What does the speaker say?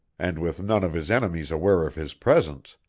and with none of his enemies aware of his presence,